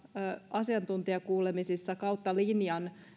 asiantuntijakuulemisissa kautta linjan